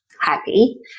happy